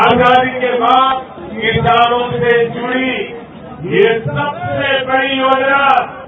आजादी के बाद किसानों से जूड़ी यह सबसे बड़ी योजना है